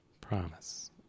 Promise